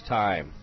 time